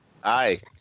Hi